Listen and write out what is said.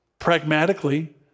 pragmatically